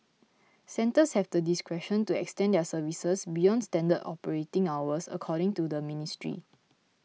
centres have the discretion to extend their services beyond standard operating hours according to the ministry